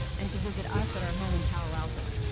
and to visit us at our home in palo alto.